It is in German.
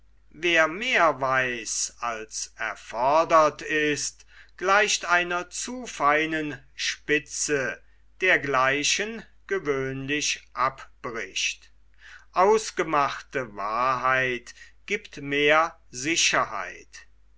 wer mehr weiß als erfordert ist gleicht einer zu feinen spitze dergleichen gewöhnlich abbricht ausgemachte wahrheit giebt mehr sicherheit